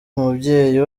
umubyeyi